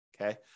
Okay